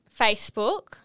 Facebook